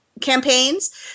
campaigns